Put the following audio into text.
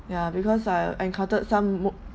ya because I encountered some mo~